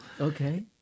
Okay